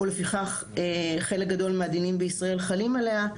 ולפיכך, חלק גדול מהדינים בישראל חלים עליה.